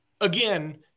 again